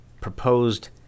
proposed